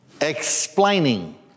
explaining